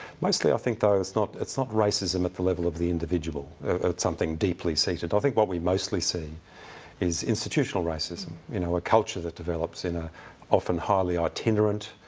mostly, i think, though, it's not it's not racism at the level of the individual it's something deeply seated. i think what we mostly see is institutional racism you know, a culture that develops in an ah often highly itinerant